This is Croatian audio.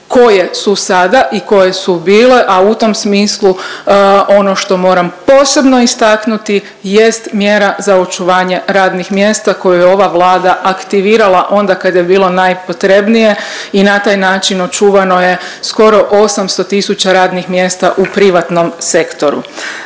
koje su sada i koje su bile, a u tom smislu ono što moram posebno istaknuti jest mjera za očuvanje radnih mjesta koju je ova vlada aktivirala onda kad je bilo najpotrebnije i na taj način očuvano je skoro 800 tisuća radnih mjesta u privatnom sektoru.